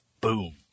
Boom